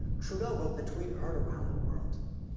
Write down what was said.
trudeau wrote the tweet heard around the world.